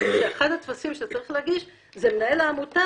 אחד הטפסים שיש להגיש זה שמנהל העמותה